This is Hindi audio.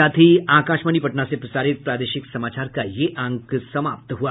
इसके साथ ही आकाशवाणी पटना से प्रसारित प्रादेशिक समाचार का ये अंक समाप्त हुआ